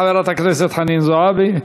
חברת הכנסת חנין זועבי.